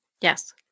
Yes